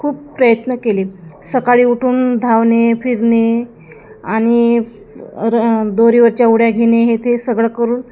खूप प्रयत्न केले सकाळी उठून धावणे फिरणे आणि र दोरीवरच्या उड्या घेणे हे ते सगळं करून